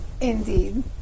Indeed